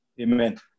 Amen